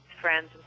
friends